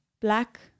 black